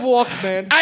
Walkman